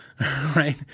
right